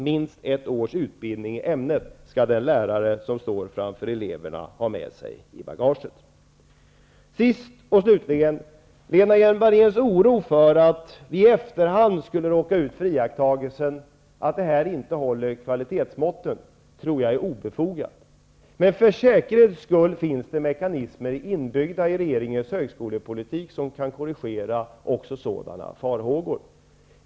Minst ett års utbildning i ämnet skall den lärare som står framför eleverna ha med sig i bagaget. Sist och slutligen: Lena Hjelm-Wallén oroar sig för att vi i efterhand skulle råka ut för iakttagelsen att det här inte håller kvalitetsmåtten. Jag tror att den oron är obefogad. Men för säkerhets skull finns det mekanismer inbyggda i regeringens högskolepolitik som kan korrigera också sådant.